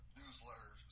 newsletter